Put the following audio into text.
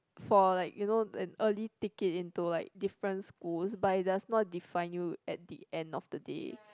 for like your know an early ticket into like different school but it does not define you at the end of the day